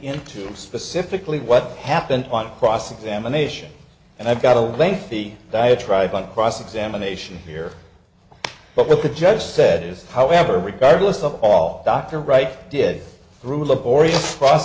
into specifically what happened on cross examination and i've got a lengthy diatribe on cross examination here but with the judge said this however regardless of all dr wright did through laborious cross